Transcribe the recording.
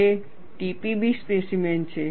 તે TPB specimen છે